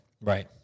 right